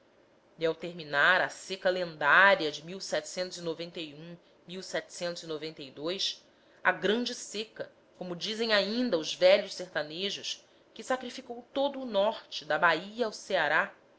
e ao terminar a seca lendária de a grande seca como dizem ainda os velhos sertanejos que sacrificou todo o norte da bahia ao ceará